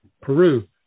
Peru